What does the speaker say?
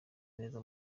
neza